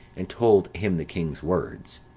and told him the king's words.